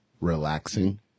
relaxing